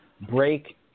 break